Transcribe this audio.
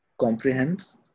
comprehends